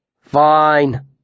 Fine